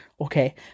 Okay